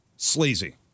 Sleazy